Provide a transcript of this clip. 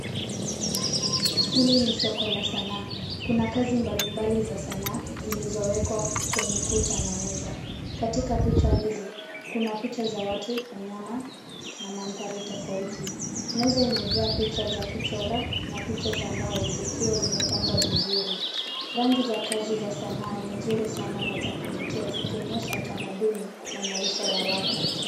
Hili ni soko la sanaa, kuna kazi mbalimbali za sanaa zilizowekwa kwenye kuta na meza. Katika picha hizi kuna picha za watu, wanyama na mandhari tofauti. Meza imejaa picha za kuchora na picha za mbao zikiwa zimepangwa vizuri. Rangi za kazi za sanaa ni nzuri sana na za kuvutia zikionyesha tamaduni na maisha ya watu.